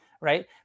right